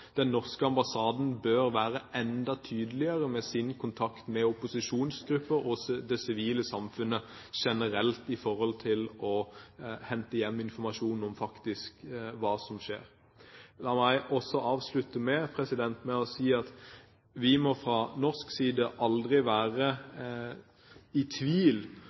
den norske ambassaden bør være enda tydeligere med hensyn til sin kontakt med opposisjonsgrupper og det sivile samfunnet generelt når det gjelder å hente hjem informasjon om hva som faktisk skjer. La meg avslutte med å si at vi må fra norsk side aldri være i tvil